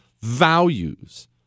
values